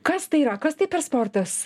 kas tai yra kas tai per sportas